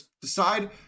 decide